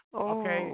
Okay